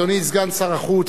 אדוני סגן שר החוץ,